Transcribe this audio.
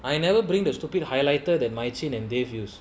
I never bring the stupid highlighter that mai chee and dave use